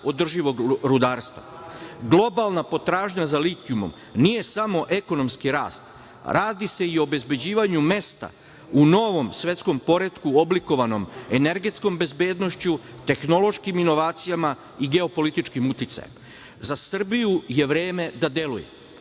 održivog rudarstva. Globalna potražnja za litijumom nije samo ekonomski rast, radi se i o obezbeđivanju mesta u novom svetskom poretku oblikovanom energetskom bezbednošću, tehnološkim inovacijama i geopolitičkim uticajem.Za Srbiju je vreme da deluje.